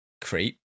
Creep